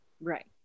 Right